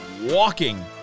walking